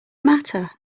matter